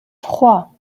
trois